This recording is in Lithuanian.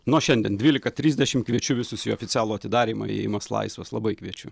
nuo šiandien dvylika trisdešim kviečiu visus į oficialų atidarymą įėjimas laisvas labai kviečiu